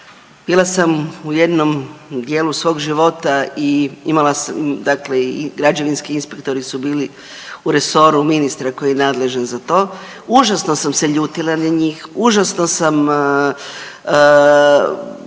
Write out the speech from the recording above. Bila sam u jednom dijelu svog života, i imala sam, dakle i građevinski inspektori su bili u resoru ministra koji je nadležan za to. Užasno sam se ljutila na njih, užasno sam